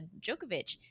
Djokovic